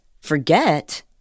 forget